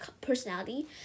personality